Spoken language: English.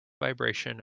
vibration